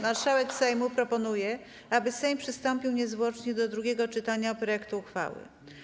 Marszałek Sejmu proponuje, aby Sejm przystąpił niezwłocznie do drugiego czytania projektu uchwały.